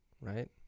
right